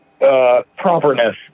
properness